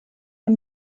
den